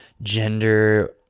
Gender